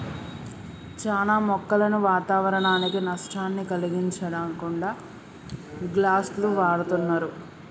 చానా మొక్కలను వాతావరనానికి నష్టాన్ని కలిగించకుండా గ్లాస్ను వాడుతున్నరు